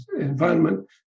environment